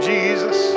Jesus